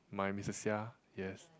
my missus Seah yes